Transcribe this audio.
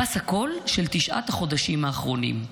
פס הקול של תשעת החודשים האחרונים.